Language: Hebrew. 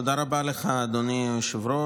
תודה רבה לך, אדוני היושב-ראש.